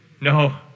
No